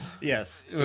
yes